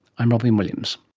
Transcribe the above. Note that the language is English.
i'm robyn williams